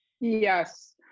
Yes